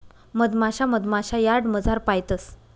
मधमाशा मधमाशा यार्डमझार पायतंस